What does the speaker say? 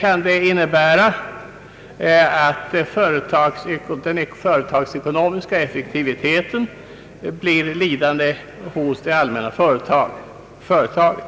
kan den företagsekonomiska effektiviteten bli lidande hos det allmänna företaget.